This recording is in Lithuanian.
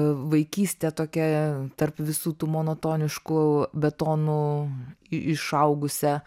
vaikystė tokia tarp visų tų monotoniškų betonų išaugusią